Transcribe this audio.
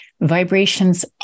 vibrations